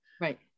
Right